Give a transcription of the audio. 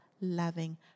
loving